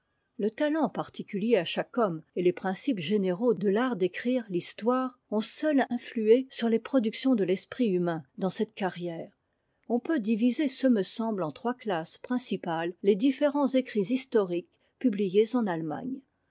le talent particulier à chaque homme et les principes généraux de l'art d'écrire l'histoire ont seuls influé sur les productions de l'esprit humain dans cette carrière on peut diviser ce me semble en trois classes principales les différents écrits historiques publiés en a